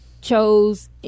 chose